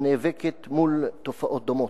הנאבקת מול תופעות דומות.